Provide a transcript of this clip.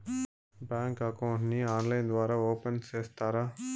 Bank account ని online ద్వారా open సేస్తారా?